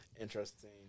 interesting